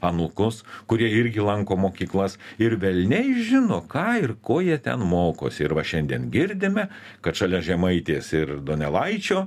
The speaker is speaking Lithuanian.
anūkus kurie irgi lanko mokyklas ir velniai žino ką ir ko jie ten mokosi ir va šiandien girdime kad šalia žemaitės ir donelaičio